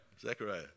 Zechariah